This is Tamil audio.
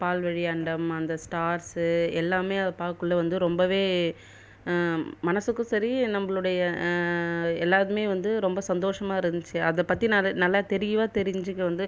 பால்வழி அண்டம் அந்த ஸ்டார்சு எல்லாமே அதை பார்க்கக்குள்ள வந்து ரொம்பவே மனசுக்கும் சரி நம்மளுடைய எல்லோருமே வந்து ரொம்ப சந்தோஷமாக இருந்துச்சு அதை பற்றி நான் நல்ல தெளிவாக தெரிஞ்சிக்க வந்து